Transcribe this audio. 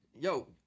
Yo